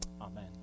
Amen